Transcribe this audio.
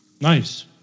Nice